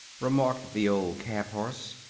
remarked the old cab-horse.